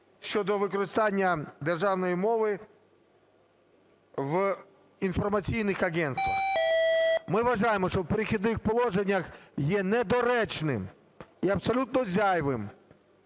щодо використання державної мови в інформаційних агентствах. Ми вважаємо, що в "Перехідних положеннях" є недоречним і абсолютно зайвим